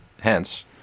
hence